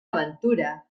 aventura